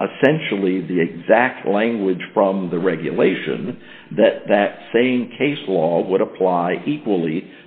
a sensually the exact language from the regulation that that same case law would apply equally